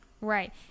right